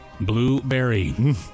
Blueberry